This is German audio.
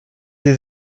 sie